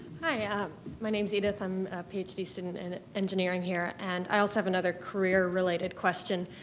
hi. ah my name's edith. i'm a ph d. student in engineering here and i also have another career related question.